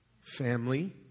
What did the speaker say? Family